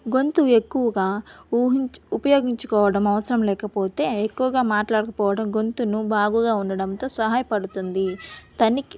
గొంతు ఎక్కువగా ఊహించ ఉపయోగించుకోవడం అవసరం లేకపోతే ఎక్కువగా మాట్లాడకపోవడం గొంతును బాగుగా ఉండడంతో సహాయపడుతుంది తనికి